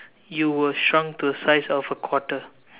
you were shrunk to a size of a quarter